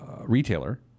retailer